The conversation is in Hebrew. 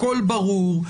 הכול ברור,